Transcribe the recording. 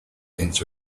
into